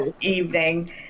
evening